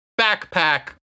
backpack